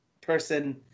person